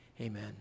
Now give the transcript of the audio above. amen